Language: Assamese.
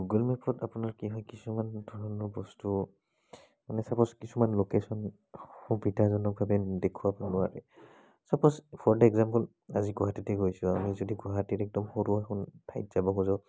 গুগল মেপত আপোনাৰ কি হয় কিছুমান ধৰণৰ বস্তু মানে চাপ'জ কিছুমান ল'কেশ্যন সুবিধাজনকভাৱে দেখুৱাব নোৱাৰি চাপ'জ ফৰ ডা এক্সামপল আজি গুৱাহাটীতে গৈছোঁ আমি যদি গুৱাহাটীত একদম সৰু এখন ঠাইত যাব খোজোঁ